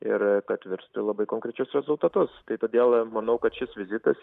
ir kad virstų į labai konkrečius rezultatus tai todėl manau kad šis vizitas